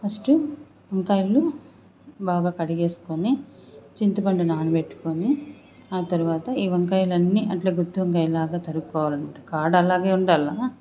first వంకాయలు బాగా కడిగేసుకొని చింతపండు నానబెట్టుకొని ఆ తరువాత ఈ వంకాయలన్నీ అట్లే గుత్తి వంకాయ లాగ తరుక్కోవాలనమాట కాడలాగే ఉండాల